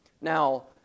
Now